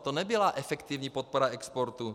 To nebyla efektivní podpora exportu.